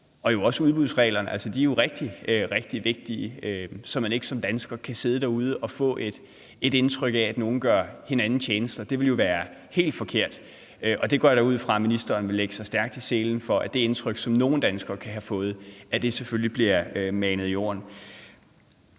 også udbudsreglerne. De er jo rigtig, rigtig vigtige, så man som dansker ikke kan sidde derude og få et indtryk af, at nogle gør hinanden tjenester. Det ville jo være helt forkert. Jeg går da ud fra, at ministeren vil lægge sig stærkt i selen for, at det indtryk, som nogle danskere kan have fået, bliver manet i jorden.